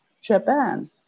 Japan